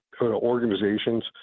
organizations